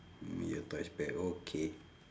your toys back okay